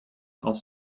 aus